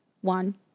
one